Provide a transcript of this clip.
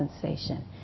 sensation